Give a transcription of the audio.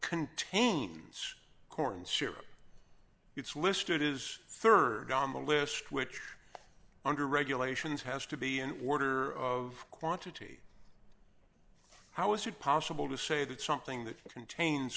contains corn syrup it's listed is rd on the list which under regulations has to be in order of quantity how is it possible to say that something that contains